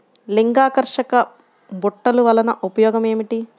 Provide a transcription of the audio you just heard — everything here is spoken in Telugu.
లింగాకర్షక బుట్టలు వలన ఉపయోగం ఏమిటి?